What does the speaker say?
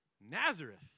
Nazareth